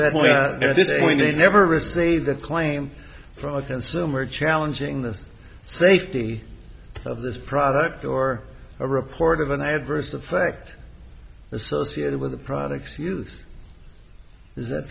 point they never receive that claim from a consumer challenging the safety of this product or a report of an adverse effect associated with the products you is that